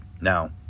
now